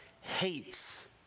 hates